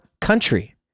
country